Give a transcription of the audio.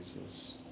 Jesus